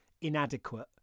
inadequate